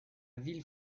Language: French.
ville